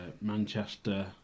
Manchester